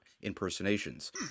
impersonations